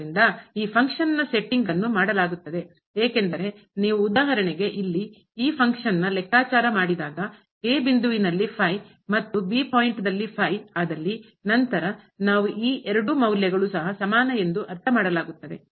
ಆದ್ದರಿಂದ ಈ ಫಂಕ್ಷನ್ ನ ಕಾರ್ಯದ ಸೆಟ್ಟಿಂಗ್ ಅನ್ನು ಮಾಡಲಾಗುತ್ತದೆ ಏಕೆಂದರೆ ನೀವು ಉದಾಹರಣೆಗೆ ಇಲ್ಲಿ ಈ ಫಂಕ್ಷನ್ ನ ಕ್ರಿಯೆಯ ಲೆಕ್ಕಾಚಾರ ಮಾಡಿದಾಗ a ಮತ್ತು b ಪಾಯಿಂಟ್ನಲ್ಲಿ ಆದಲ್ಲಿ ನಂತರ ನಾವು ಈ ಎರಡು ಮೌಲ್ಯಗಳು ಸಹ ಸಮಾನ ಎಂದು ಅರ್ಥ ಮಾಡಲಾಗುತ್ತದೆ